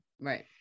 Right